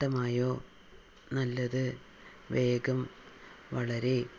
ഇഷ്ടമായോ നല്ലത് വേഗം വളരെ